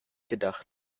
gedacht